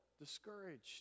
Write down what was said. discouraged